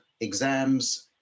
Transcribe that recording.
exams